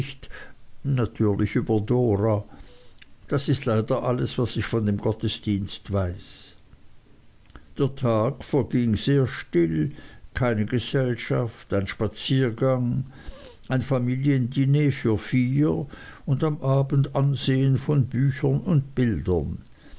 natürlich über dora das ist leider alles was ich von dem gottesdienst weiß der tag verging sehr still keine gesellschaft ein spaziergang ein familiendiner für vier und am abend ansehen von büchern und bildern